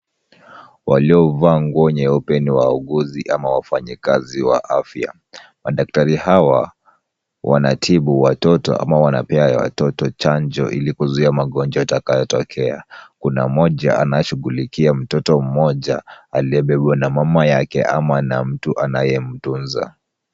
Waliovaa nguo nyeupe ni wauguzi ama wafanyikazi wa afya. Madaktari hawa wanatibu watoto ama wanapea watoto chanjo ili kuzuia magonjwa yatakayotokea . Kuna mmoja anashughulikia mtoto mmoja aliyebebwa na mama yake ama na mtu anayemtunza.